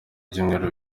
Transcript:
byumweru